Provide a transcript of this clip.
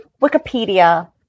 Wikipedia